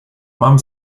mam